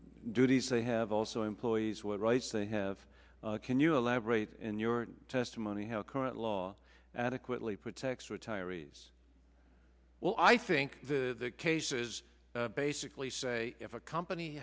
duties they have also employees what rights they have can you elaborate in your testimony how current law adequately protects retiree's well i think the cases basically say if a company